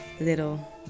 little